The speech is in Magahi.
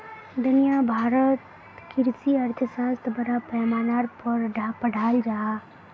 दुनिया भारोत कृषि अर्थशाश्त्र बड़ा पैमानार पोर पढ़ाल जहा